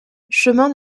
chemin